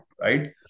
Right